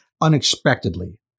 unexpectedly